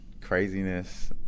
craziness